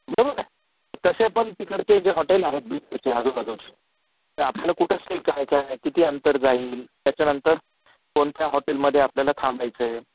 बरोबर आहे तसे पण तिकडचे जे हॉटेल आहेत बिदरचे आजूबाजूचे ते आपल्याला कुठं स्टे करायचा आहे किती अंतर जाईल त्याच्यानंतर कोणत्या हॉटेलमध्ये आपल्याला थांबायचं आहे